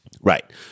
Right